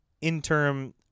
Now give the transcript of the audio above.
interim